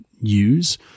use